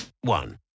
one